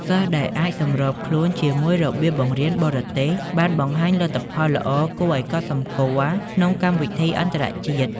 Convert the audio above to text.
សិស្សដែលអាចសម្របខ្លួនជាមួយរបៀបបង្រៀនបរទេស បានបង្ហាញលទ្ធផលល្អគួរឲ្យកត់សម្គាល់ក្នុងកម្មវិធីអន្តរជាតិ។